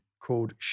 called